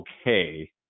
okay